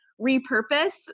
repurpose